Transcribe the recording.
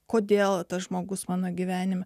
kodėl tas žmogus mano gyvenime